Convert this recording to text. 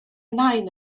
nain